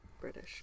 British